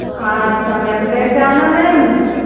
हाँ अच्छा मेम पहचाना मेम